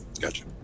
Gotcha